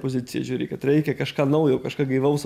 poziciją žiuri kad reikia kažką naujo kažką gaivaus